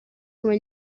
come